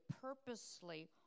purposely